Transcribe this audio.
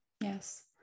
yes